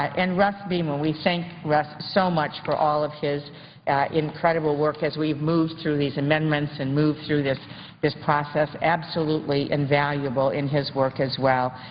and russ beamer. we thank russ so much for all of his incredible work as we've moved through these amendments and through this this process. absolutely invaluable in his work as well.